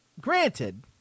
granted